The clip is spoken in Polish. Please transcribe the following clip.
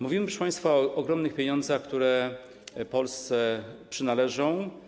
Mówimy, proszę państwa, o ogromnych pieniądzach, które Polsce się należą.